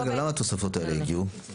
למה התוספות הללו הגיעו?